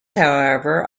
however